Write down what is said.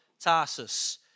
Tarsus